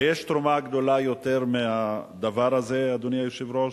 היש תרומה גדולה יותר מהדבר הזה, אדוני היושב-ראש?